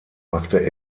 machte